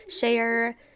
share